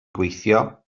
gweithio